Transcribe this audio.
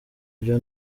ibyo